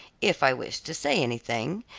if i wish to say anything,